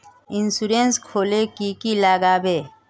Insurance खोले की की लगाबे?